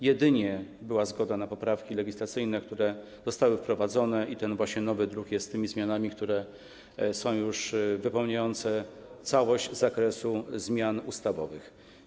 Jedynie była zgoda na poprawki legislacyjne, które zostały wprowadzone, i ten nowy druk jest z tymi zmianami, które już wypełniają całość zakresu zmian ustawowych.